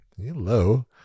Hello